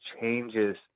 changes